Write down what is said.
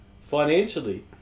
Financially